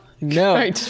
no